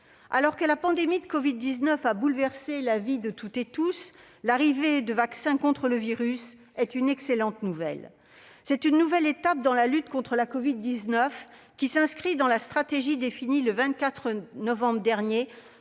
Alors que la pandémie de covid-19 a bouleversé la vie de toutes et de tous, l'arrivée de vaccins contre le virus est une excellente nouvelle. Cette nouvelle étape dans la lutte contre la covid-19 s'inscrit dans la stratégie définie, le 24 novembre dernier,